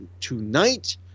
tonight